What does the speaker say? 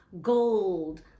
gold